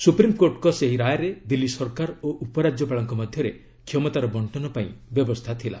ସୁପ୍ରିମ୍କୋର୍ଟଙ୍କ ସେହି ରାୟରେ ଦିଲ୍ଲୀ ସରକାର ଓ ଉପରାଜ୍ୟପାଳଙ୍କ ମଧ୍ୟରେ କ୍ଷମତାର ବଙ୍କନ ପାଇଁ ବ୍ୟବସ୍ଥା ଥିଲା